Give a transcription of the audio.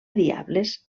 diables